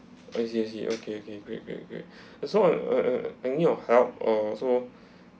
I see I see okay okay great great great as you know uh uh